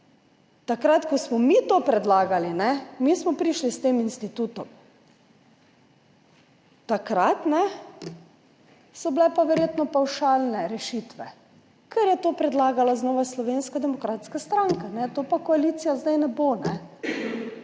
takrat, ko smo mi to predlagali. Mi smo prišli s tem institutom. Takrat so bile pa verjetno pavšalne rešitve, ker je to predlagala znova Slovenska demokratska stranka. Tega pa koalicija zdaj ne bo,